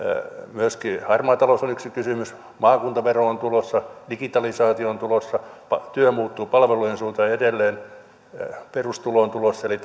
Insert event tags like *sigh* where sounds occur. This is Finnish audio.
myöskin harmaa talous on yksi kysymys maakuntavero on tulossa digitalisaatio on tulossa työ muuttuu palvelujen suuntaan ja edelleen perustulo on tulossa eli *unintelligible*